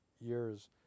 years